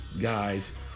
guys